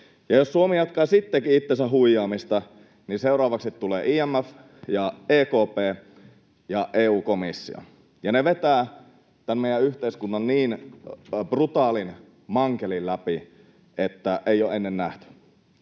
Ja jos Suomi jatkaa sittenkin itsensä huijaamista, niin seuraavaksi tulee IMF, EKP ja EU-komissio. Ja ne vetävät tämän meidän yhteiskunnan niin brutaalin mankelin läpi, että ei ole ennen nähty.